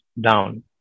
down